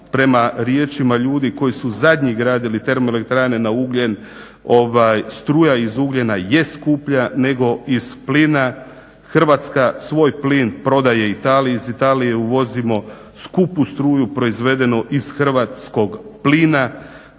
prema riječima ljudi koji su zadnji gradili termoelektrane na ugljen struja iz ugljena jest skuplja nego iz plina. Hrvatska svoj plin prodaje Italiji iz Italije uvozimo skupu struju proizvedenu iz hrvatskog plina.